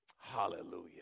Hallelujah